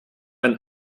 ein